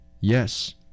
Yes